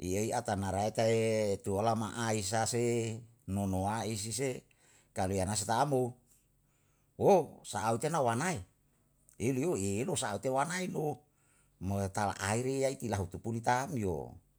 i ei atanara eta ye tualama ai sa sehe, nunuwai isi sehe, kalu yang asli taubo. wo sahau tena wanae, iliyu ilu sa'ate wanailu, mo taal airi yai tilahutuni taamyo